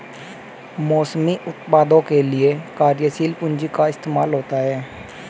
मौसमी उत्पादों के लिये कार्यशील पूंजी का इस्तेमाल होता है